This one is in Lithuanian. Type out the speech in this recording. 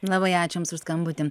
labai ačiū jums už skambutį